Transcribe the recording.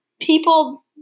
people